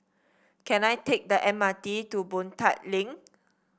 can I take the M R T to Boon Tat Link